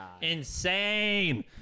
insane